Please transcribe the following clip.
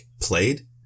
played